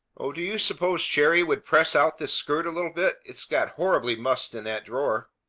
oh, do you suppose cherry would press out this skirt a little bit? it's got horribly mussed in that drawer.